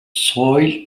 soil